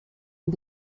and